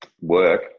work